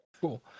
Cool